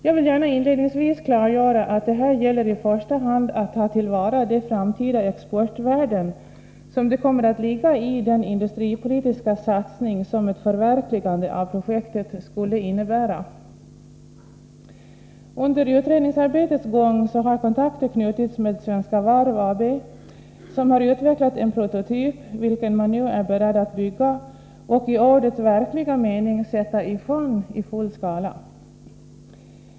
Jag vill gärna inledningsvis klargöra att det gäller här i första hand att ta till vara de framtida exportvärden som kommer att ligga i den industripolitiska satsning som ett förverkligande av projektet skulle innebära. Under utredningsarbetets gång har kontakter knutits med Svenska Varv AB, som har utvecklat en prototyp vilken man nu är beredd att bygga och i ordets verkliga mening sätta i sjön i full skala.